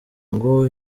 ngo